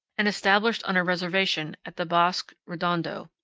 and established on a reservation at the bosque redondo.